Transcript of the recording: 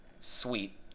Sweet